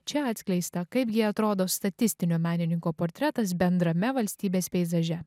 čia atskleista kaipgi atrodo statistinio menininko portretas bendrame valstybės peizaže